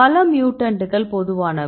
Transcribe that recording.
பல மியூட்டன்ட்டுகள் பொதுவானவை